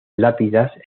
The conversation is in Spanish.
lápidas